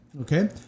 okay